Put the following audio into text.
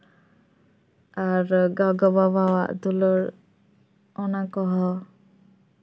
ᱟᱨ ᱜᱚᱜᱚ ᱵᱟᱵᱟᱣᱟᱜ ᱫᱩᱞᱟᱹᱲ ᱚᱱᱟ ᱠᱚᱦᱚᱸ